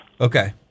Okay